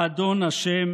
האדון ה'